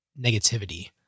negativity